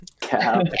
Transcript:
Cap